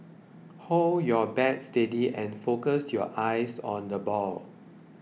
hold your bat steady and focus your eyes on the ball